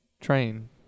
train